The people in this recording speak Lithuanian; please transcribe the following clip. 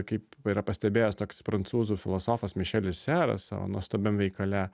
kaip yra pastebėjęs toks prancūzų filosofas mišelis seras savo nuostabiam veikale